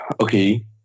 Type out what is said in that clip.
Okay